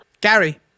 Gary